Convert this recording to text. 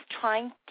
trying